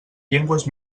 llengües